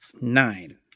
Nine